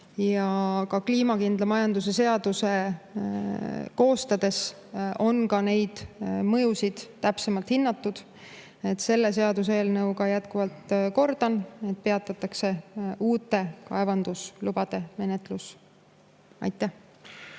Ja kliimakindla majanduse seadust koostades on seda mõju täpsemalt hinnatud. Selle seaduseelnõuga, jätkuvalt kordan, peatatakse uute kaevandamislubade menetlus. Aitäh!